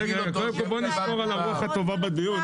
קודם כל בוא נשמור על הרוח הטובה בדיון.